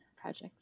projects